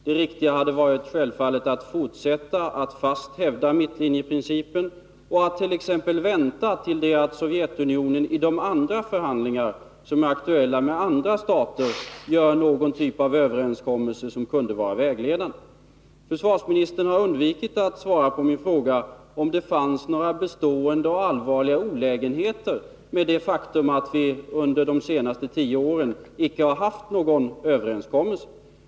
Det riktiga hade givetvis varit att fortsätta att fast hävda mittlinjeprincipen och att t.ex. vänta tills Sovjetunionen i de förhandlingar, som är aktuella med andra stater, gör någon typ av överenskommelse som kunde vara vägledande. Försvarsministern har undvikit att svara på min fråga, om det fanns några bestående och allvarliga olägenheter på grund av det faktum att vi under de senaste tio åren icke har haft någon överenskommelse.